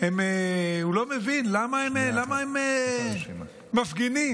הוא לא מבין למה הם מפגינים.